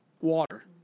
Water